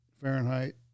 fahrenheit